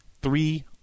three